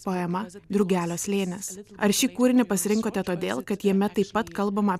poemą drugelio slėnis ar šį kūrinį pasirinkote todėl kad jame taip pat kalbama